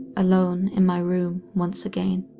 alone in my room once again.